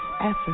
effort